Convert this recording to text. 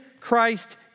Christ